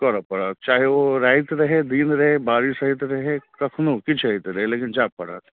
करऽ पड़त चाहे ओ राति रहै दिन रहै बारिश होइत रहै कखनहु किछु होइत रहै लेकिन जाए पड़त